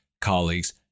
colleagues